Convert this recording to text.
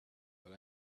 will